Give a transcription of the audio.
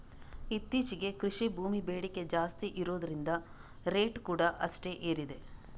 ಇತ್ತೀಚೆಗೆ ಕೃಷಿ ಭೂಮಿ ಬೇಡಿಕೆ ಜಾಸ್ತಿ ಇರುದ್ರಿಂದ ರೇಟ್ ಕೂಡಾ ಅಷ್ಟೇ ಏರಿದೆ